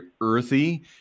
earthy